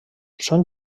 són